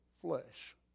flesh